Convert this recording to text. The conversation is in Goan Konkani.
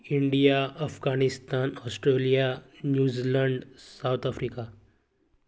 India Afghanistan Australia New Zealand South Africa